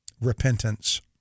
repentance